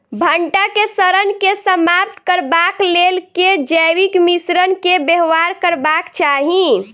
भंटा केँ सड़न केँ समाप्त करबाक लेल केँ जैविक मिश्रण केँ व्यवहार करबाक चाहि?